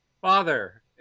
father